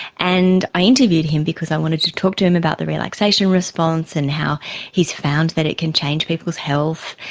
and i interviewed him because i wanted to talk to him about the relaxation response and how he has found that it can change people's health.